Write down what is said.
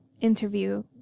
interview